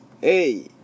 hey